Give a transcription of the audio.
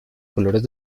colores